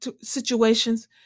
situations